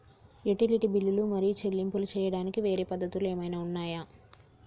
Utility బిల్లులు మరియు చెల్లింపులు చేయడానికి వేరే పద్ధతులు ఏమైనా ఉన్నాయా?